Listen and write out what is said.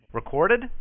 recorded